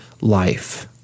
life